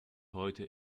heute